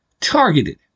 targeted